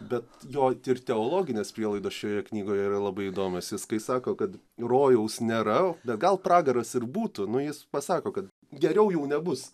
bet jo ir teologinės prielaidos šioje knygoje yra labai įdomios jis kai sako kad rojaus nėra bet gal pragaras ir būtų nu jis pasako kad geriau jau nebus